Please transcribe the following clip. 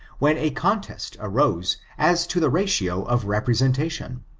when a contest arose as to the ratio of representation.